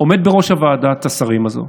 עומד בראש ועדת השרים הזו